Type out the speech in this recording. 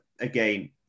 again